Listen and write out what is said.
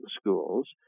schools